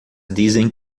dizem